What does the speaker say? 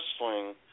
wrestling